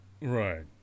right